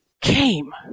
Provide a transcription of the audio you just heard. Came